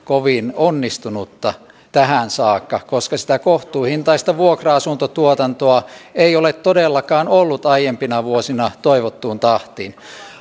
kovin onnistunutta tähän saakka koska sitä kohtuuhintaista vuokra asuntotuotantoa ei ole todellakaan ollut aiempina vuosina toivottuun tahtiin